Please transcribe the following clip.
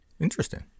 Interesting